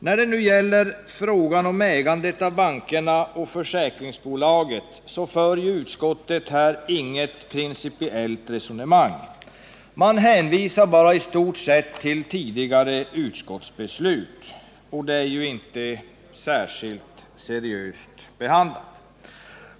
När det nu gäller frågan om ägandet av bankerna och försäkringsbolagen för utskottet inget principiellt resonemang. Man hänvisar i stort sett bara till tidigare utskottsbeslut. Det är inte någon särskilt seriös behandling.